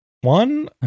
One